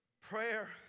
Prayer